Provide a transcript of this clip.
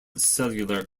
cellular